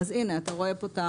אז הנה אתה רואה פה.